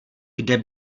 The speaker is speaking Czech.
kde